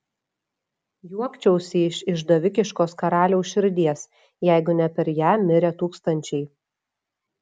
juokčiausi iš išdavikiškos karaliaus širdies jeigu ne per ją mirę tūkstančiai